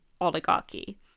oligarchy